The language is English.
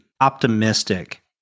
optimistic